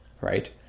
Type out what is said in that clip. right